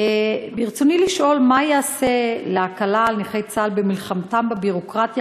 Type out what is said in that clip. ברצוני לשאול: מה ייעשה להקלה על נכי צה"ל במלחמתם בביורוקרטיה